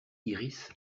iris